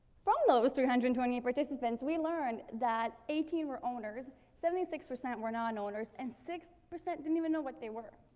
from those three hundred and twenty eight participants, we learned that eighteen were owners seventy six percent were non-owners, and six percent didn't even know what they were.